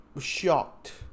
shocked